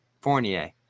Fournier